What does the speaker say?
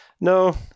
no